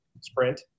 Sprint